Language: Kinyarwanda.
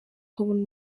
ukabona